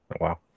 Wow